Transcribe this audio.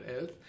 else